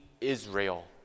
Israel